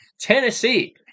Tennessee